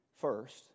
first